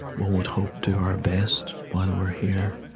one would hope, do our best while we're here.